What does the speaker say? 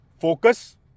focus